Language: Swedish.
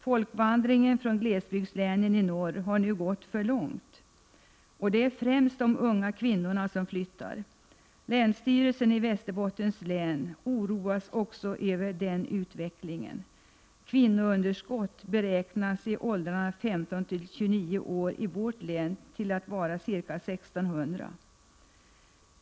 Folkvandringen från glesbygdslänen i norr har nu gått för långt. Det är främst de unga kvinnorna som flyttar. Länsstyrelsen i Västerbottens län oroas över den utvecklingen. Kvinnounderskottet i vårt län beräknas i åldrarna mellan 15 och 29 år till 1 600.